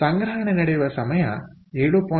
ಆದ್ದರಿಂದ ಸಂಗ್ರಹಣೆ ನಡೆಯುವ ಸಮಯ 7